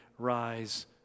rise